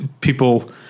people